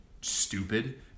stupid